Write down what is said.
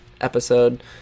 episode